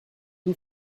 who